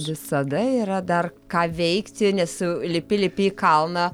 visada yra dar ką veikti nes u lipi lipi į kalną